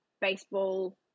baseball